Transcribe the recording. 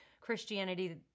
Christianity